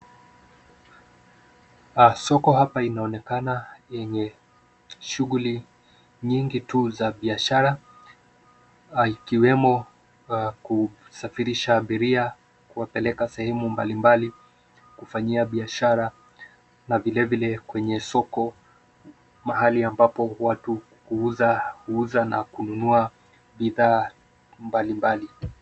Soko hapa inaonekana yenye shughuli nyingi tu za biashara ikiwemo kusafirisha abiria kuwapeleka sehemu mbalimbali kufanyia biashara na vile vile kwenye soko mahali ambapo watu huuza na kununua bidhaa mbali mbali.